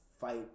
fight